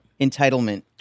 Entitlement